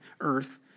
earth